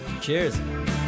cheers